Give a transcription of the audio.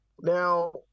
now